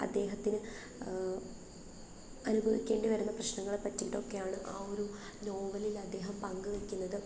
അദ്ദേഹത്തിന് അനുഭവിക്കേണ്ടിവരുന്ന പ്രശ്നങ്ങളെ പറ്റിയിട്ടൊക്കെയാണ് ആ ഒരു നോവലിലദ്ദേഹം പങ്കുവയ്ക്കുന്നത്